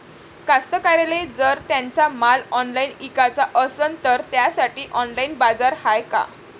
कास्तकाराइले जर त्यांचा माल ऑनलाइन इकाचा असन तर त्यासाठी ऑनलाइन बाजार हाय का?